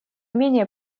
менее